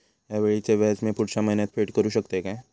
हया वेळीचे व्याज मी पुढच्या महिन्यात फेड करू शकतय काय?